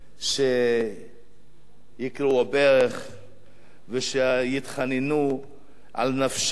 שיכרעו ברך ושיתחננו על נפשם,